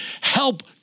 help